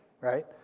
right